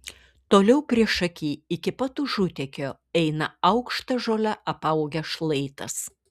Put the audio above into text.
toliau priešaky iki pat užutekio eina aukšta žole apaugęs šlaitas